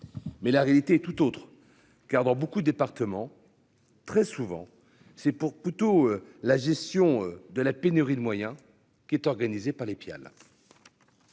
Mais la réalité est tout autre. Car dans beaucoup département très souvent c'est pour plutôt la gestion de la pénurie de moyens qui est organisée par les